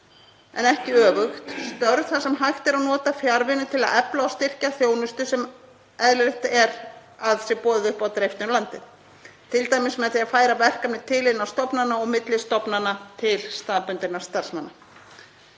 en ekki öfugt, störf þar sem hægt er að nota fjarvinnu til að efla og styrkja þjónustu sem eðlilegt er að sé boðið upp á dreift um landið, t.d. með því að færa verkefni til innan stofnana og milli stofnana til staðbundinna starfsmanna.